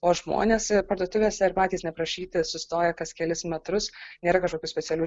o žmonės parduotuvėse ir patys neprašyti sustoja kas kelis metrus nėra kažkokių specialių